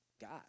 God